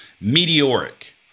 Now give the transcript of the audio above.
meteoric